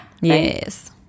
yes